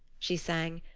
she sang,